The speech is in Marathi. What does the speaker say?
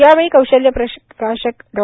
यावेळी कौशल्य प्रकाशक डॉ